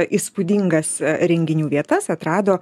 įspūdingas renginių vietas atrado